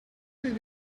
did